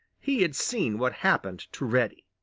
he had seen what happened to reddy.